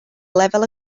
lefel